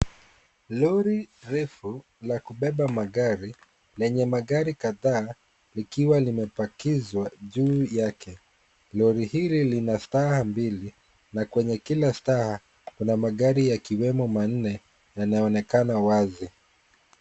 Lori refu la kubeba magari ,lenye magari kadhaa likiwa limepakizwa juu yake. Lori hili lina staha mbili, na kwenye kila staha kuna magari, yakiwemo manne, yanaonekana wazi.